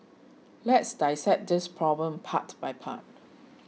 let's dissect this problem part by part